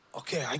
okay